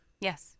Yes